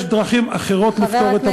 יש דרכים אחרות לפתור את הבעיה.